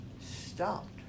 stopped